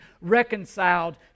reconciled